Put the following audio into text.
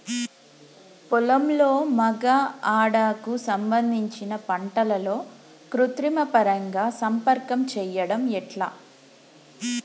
పొలంలో మగ ఆడ కు సంబంధించిన పంటలలో కృత్రిమ పరంగా సంపర్కం చెయ్యడం ఎట్ల?